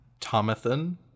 Tomathan